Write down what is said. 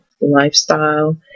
lifestyle